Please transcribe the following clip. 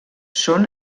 són